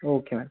okay ma'am